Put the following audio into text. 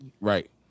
Right